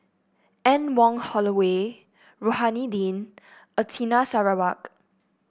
Anne Wong Holloway Rohani Din Anita Sarawak